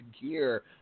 gear